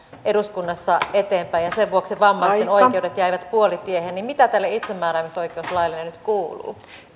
eduskunnassa eteenpäin ja sen vuoksi vammaisten oikeudet jäivät puolitiehen mitä tälle itsemääräämisoikeuslaille nyt kuuluu